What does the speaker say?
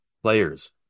Players